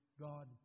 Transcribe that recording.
God